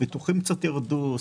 הביטוחים קצת ירדו,